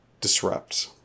disrupt